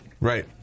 Right